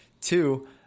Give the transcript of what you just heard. Two